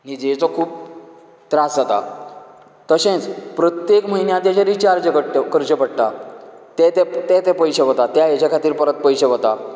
न्हिदेचो खूब त्रास जाता तशेंच प्रत्येक म्हयन्याक तेजे रिचार्ज करचें पडटा तें तें तें तें पयशें वता तें हेचें खातीर परत पयशें वता